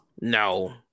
No